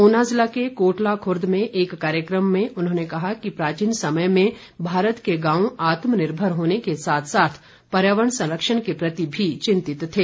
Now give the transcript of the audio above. ऊना जिला के कोटला खुरद में एक कार्यक्रम में उन्होंने कहा कि प्राचीन समय में भारत के गांव आत्म निर्भर होने के साथ साथ पर्यावरण संरक्षण के प्रति भी चिंतित थे